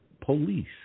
police